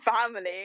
family